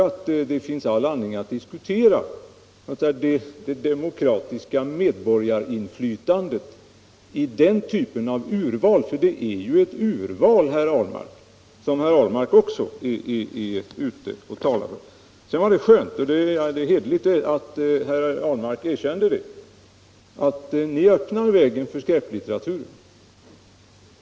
Jag tycker det finns all anledning att diskutera det demokratiska medborgarinflytandet i den typen av urval — för även det som herr Ahlmark talar för är ju nämligen ett urval. Det är också hederligt av herr Ahlmark att erkänna, att ni öppnar vägen för skräplitteraturen.